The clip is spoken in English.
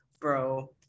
bro